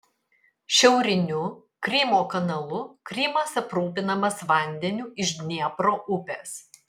šiauriniu krymo kanalu krymas aprūpinamas vandeniu iš dniepro upės